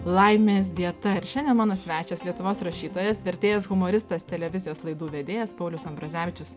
laimės dieta ir šiandien mano svečias lietuvos rašytojas vertėjas humoristas televizijos laidų vedėjas paulius ambrazevičius